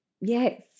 Yes